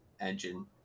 engine